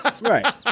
Right